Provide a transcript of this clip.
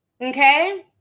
Okay